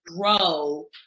grow